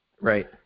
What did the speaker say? Right